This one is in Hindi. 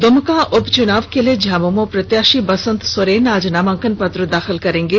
दुमका उपचुनाव के लिए झामुमो प्रत्याशी बसंत सोरेन आज नामांकन पत्र दाखिल करेंगे